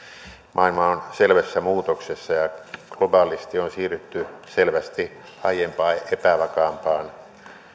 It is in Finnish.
maailma on selvässä muutoksessa ja globaalisti on siirrytty selvästi aiempaa epävakaampaan